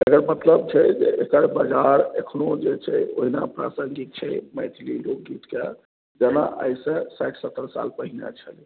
एकर मतलब छै जे एकर बाजार एखनो जे छै ओहिना प्रसाङ्गिक छै मैथिली लोकगीतके जेना आइसँ साठि सत्तर साल पहिले छलैया